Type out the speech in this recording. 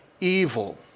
evil